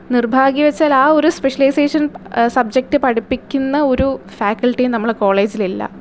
നിർഭാഗ്യവശാൽ ആ ഒരു സ്പെഷ്യലൈസേഷൻ സബ്ജെക്റ്റ് പഠിപ്പിക്കുന്ന ഒരു ഫാക്കൽറ്റി നമ്മുടെ കോളേജിലില്ല